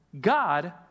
God